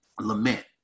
lament